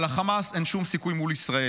אבל לחמאס אין שום סיכוי מול ישראל.